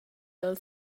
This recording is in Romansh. dal